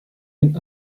den